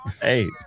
Hey